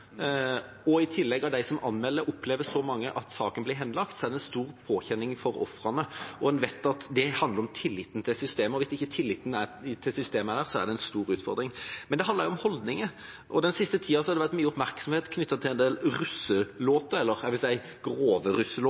og det i tillegg er slik at mange av dem som anmelder, opplever at saken blir henlagt, er det en stor påkjenning for ofrene. Vi vet at det handler om tillit til systemet, og hvis det ikke er tillit til systemet, er det en stor utfordring. Det handler også om holdninger. Den siste tida har det vært mye oppmerksomhet knyttet til russelåter – jeg vil si grove